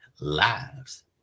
lives